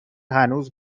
هنوز